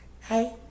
Hey